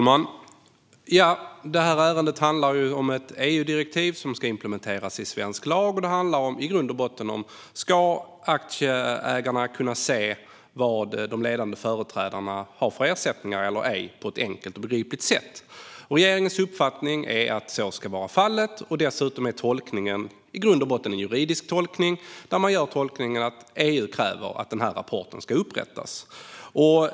Fru talman! Det här ärendet handlar om ett EU-direktiv som ska implementeras i svensk lag, och det handlar i grund och botten om ifall aktieägare på ett enkelt och begripligt sätt ska kunna se vad de ledande företrädarna har för ersättningar. Regeringens uppfattning är att så ska vara fallet. Det handlar i grund och botten om en juridisk tolkning, och regeringen gör alltså tolkningen att EU kräver att denna rapport ska upprättas.